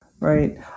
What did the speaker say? Right